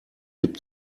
gibt